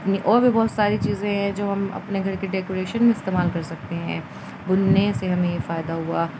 اپنی اور بھی بہت ساری چیزیں ہیں جو ہم اپنے گھر کے ڈیکوریشن میں استعمال کر سکتے ہیں بننے سے ہمیں یہ فائدہ ہوا